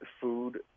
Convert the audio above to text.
food